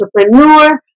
entrepreneur